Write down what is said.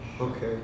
Okay